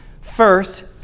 First